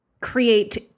create